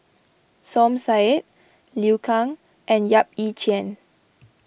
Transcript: Som Said Liu Kang and Yap Ee Chian